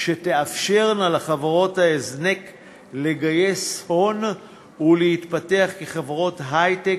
שתאפשרנה לחברות ההזנק לגייס הון ולהתפתח כחברות היי-טק